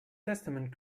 testament